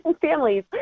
families